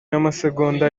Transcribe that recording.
n’amasegonda